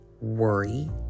worry